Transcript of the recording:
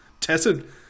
tested